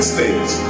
States